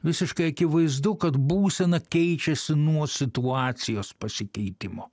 visiškai akivaizdu kad būsena keičiasi nuo situacijos pasikeitimo